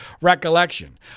recollection